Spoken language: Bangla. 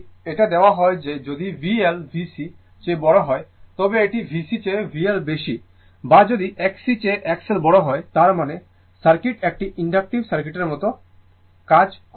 এখন যদি এটা দেওয়া হয় যে যদি VL VC চেয়ে বড় হয় তবে এটি VC চেয়ে VL বেশি বা যদি Xc চেয়ে XL বড় হয় তার মানে সার্কিট একটি ইনডাকটিভ সার্কিটের মতো আচরণ করবে